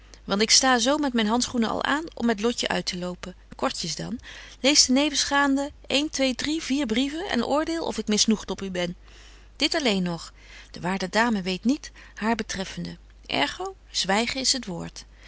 want ik sta zo met myn handschoenen al aan om met lotje uittelopen kortjes dan lees de nevensgaande een twee drie vier brieven en oordeel of ik misnoegt op u ben dit alleen nog de waarde dame weet niets haar betreffende ergo zwygen is t woord